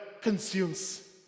consumes